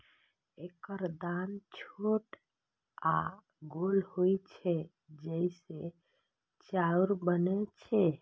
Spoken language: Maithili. एकर दाना छोट आ गोल होइ छै, जइसे चाउर बनै छै